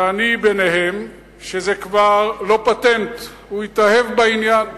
ואני ביניהם, שזה כבר לא פטנט, הוא התאהב בעניין,